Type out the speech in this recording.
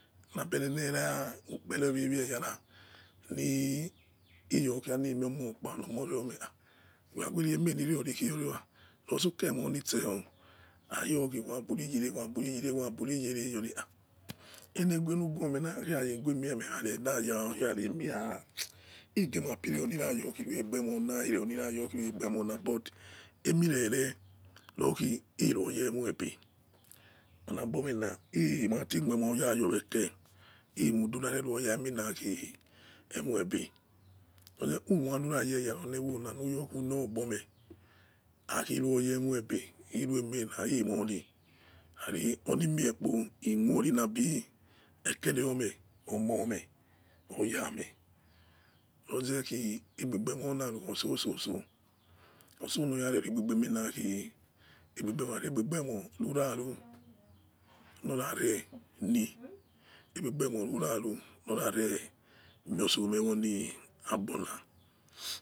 Labo olele ra iyokha ire miomo okpa wegheri emena oyemekhe aghuemon itse aighusu yere ghua buyere ileghue lughuemie mena iyare layo, igbe mapi ere ire liregbe khue ira relikha yo iru mola rere yokhi re moigbe olagbona imapa khuemo sowa eke imoudu lare yowa ikhi emiogbe owa luwa akhi luye mobe akhi ikhori, ikhori labi kei ome, omome, oyame loze aigbe bemo laru ososo ososo noya re lugbe gbe mo vare pie rakha aigbe bemo lura ru lo somowo ri aigbona